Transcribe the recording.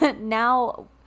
now